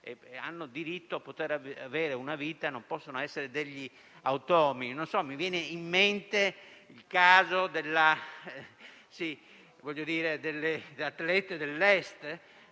che hanno diritto ad avere una vita e non possono essere degli automi. Mi viene in mente il caso delle atlete dell'Est.